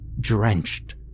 drenched